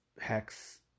Hex